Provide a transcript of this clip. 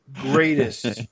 greatest